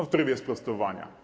W trybie sprostowania.